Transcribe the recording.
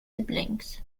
siblings